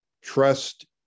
Trust